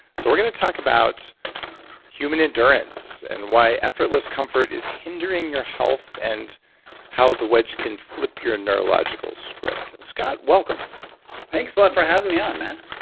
so we're going to talk about human endurance and why effortless comfort is hindering your health and how the wedge can flip your neurological script. scott, welcome thanks a lot for having me on, man,